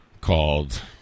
called